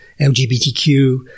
LGBTQ